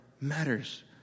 matters